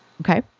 Okay